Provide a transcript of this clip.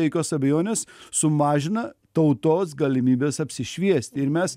jokios abejonės sumažina tautos galimybes apsišviesti ir mes